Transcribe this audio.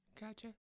Gotcha